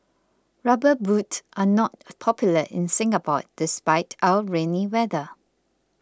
rubber boots are not popular in Singapore despite our rainy weather